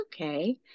okay